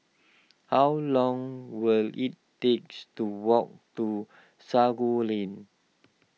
how long will it takes to walk to Sago Lane